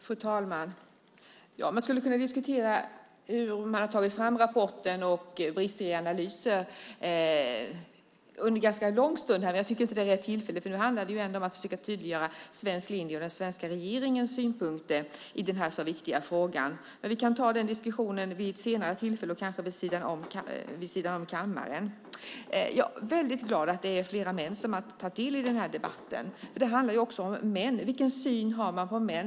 Fru talman! Man skulle kunna diskutera hur man har tagit fram rapporten och brister i analysen under en ganska lång stund här. Jag tycker inte att det här är rätt tillfälle. Nu handlar det ju om att försöka tydliggöra den svenska linjen och den svenska regeringens synpunkter i den här så viktiga frågan. Men vi kan ta den diskussionen vid ett senare tillfälle, kanske utanför kammaren. Jag är väldigt glad att det är flera män som tar del i den här debatten. Det handlar ju också om män och vilken syn man har på män.